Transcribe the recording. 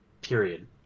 period